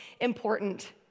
important